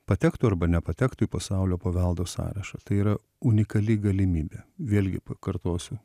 patektų arba nepatektų į pasaulio paveldo sąrašą tai yra unikali galimybė vėlgi pakartosiu